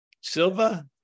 Silva